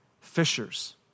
fishers